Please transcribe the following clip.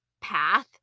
path